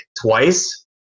twice